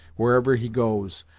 wherever he goes,